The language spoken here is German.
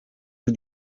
sie